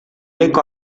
eco